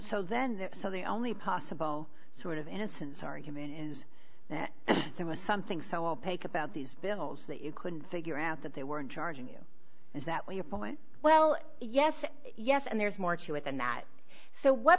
so then so the only possible sort of innocence argument is that there was something so opaque about these bills that you couldn't figure out that they weren't charging you is that when you point well yes yes and there's more to it than that so what